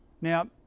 Now